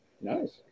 Nice